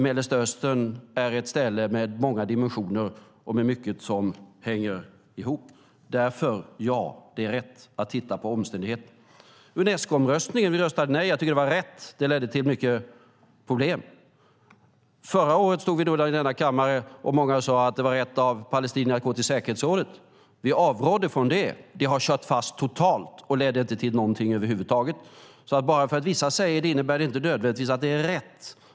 Mellanöstern är ett ställe med många dimensioner och med mycket som hänger ihop. Därför: Ja, det är rätt att titta på omständigheterna. I Unescoomröstningen röstade vi nej, och jag tycker att det var rätt. Det ledde till mycket problem. Förra året stod vi i denna kammare, och många sade att det var rätt av palestinierna att gå till säkerhetsrådet. Vi avrådde från det. Det har kört fast totalt och har inte lett till någonting över huvud taget. Bara för att vissa säger det innebär det inte nödvändigtvis att det är rätt.